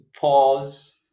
pause